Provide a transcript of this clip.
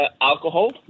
alcohol